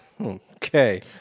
Okay